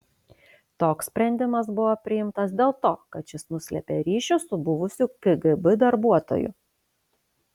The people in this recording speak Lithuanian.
toks sprendimas buvo priimtas dėl to kad šis nuslėpė ryšius su buvusiu kgb darbuotoju